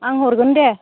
आं हरगोन दे